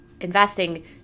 investing